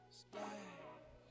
splash